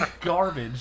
Garbage